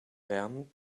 lernen